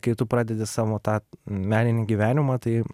kai tu pradedi savo tą meninį gyvenimą tai